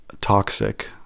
toxic